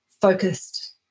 focused